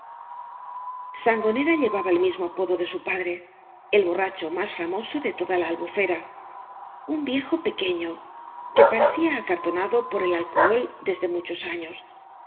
sangonera llevaba el mismo apodo de su padre el borracho más famoso de toda la albufera un viejo pequeño que parecía acartonado por el alcohol desde muchos sfios